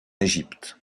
égypte